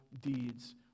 deeds